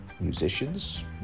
musicians